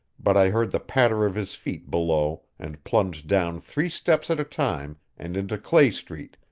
but i heard the patter of his feet below and plunged down three steps at a time and into clay street,